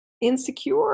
insecure